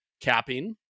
capping